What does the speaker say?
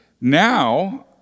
now